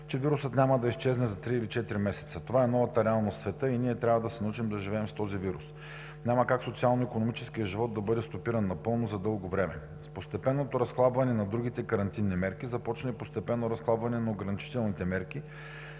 че вирусът няма да изчезне за три или четири месеца, това е новата реалност в света и ние трябва да се научим да живеем с този вирус. Няма как социално-икономическият живот да бъде стопиран напълно за дълго време. С постепенното разхлабване на другите карантинни мерки започна и постепенно разхлабване на ограничителни мерки,